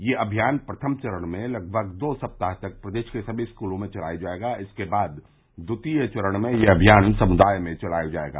यह अमियान प्रथम चरण में लगभग दो सप्ताह तक प्रदेश के सभी स्कूलों में चलाया जायेगा इसके बाद द्वितीय चरण में यह अभियान समुदाय में चलाया जायेगा